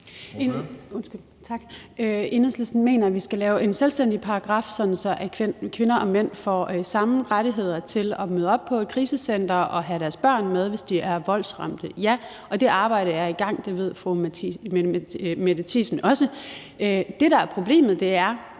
Enhedslisten mener, vi skal lave en selvstændig paragraf, så kvinder og mænd får samme rettigheder til at møde op på et krisecenter og have deres børn med, hvis de er voldsramte, ja, og det arbejde er i gang. Det ved fru Mette Thiesen også. Det, der er problemet, er,